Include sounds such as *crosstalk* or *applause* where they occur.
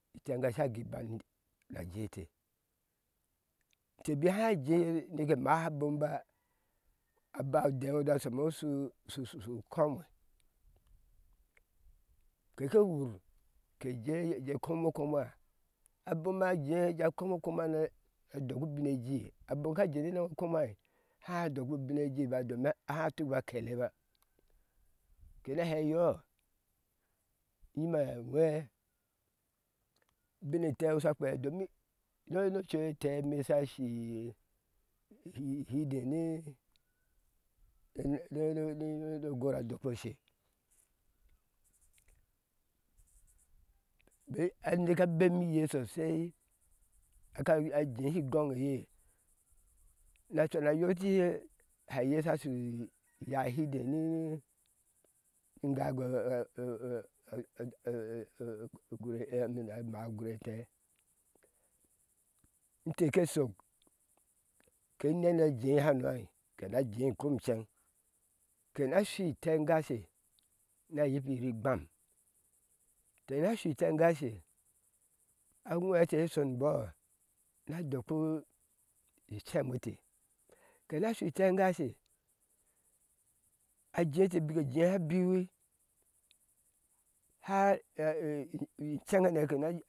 Itengashe sha gui iban ni na jee ete te bik háá nike maha a bomba aba odɛŋo da asho shushu ukɔm keke wur ejee kɔŋwo kɔɔwa abom ajea ja kɔɔwo kɔnwa ná a dok ubin eji a bom ko jee ne nak okɔŋwa ha doki ibɔ ubin ejiba a domi há tuk baa keeba kena hei iyoɔ yima awhé ubine enteŋo sha kpea domi no no enteme shash hiide ni ni ni ogu a dokpa u she ye aneke a bemi iye sosai aka jehi igɔŋe eye na tana yoti he hɛ eye sha sho iya ehiide ninu igago *hesitation* gur amao ogur entee inte ke shok ke nena jehano ke na jei kɔm inceŋ kenashui itengashe na yibiyir igbam te na shui itengashe a whéé ete shonibɔɔ na dokpu ishem ete te na shui itenga she ajete bik ejen sha biwi ha *hesitation* iceŋ hane kena